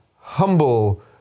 humble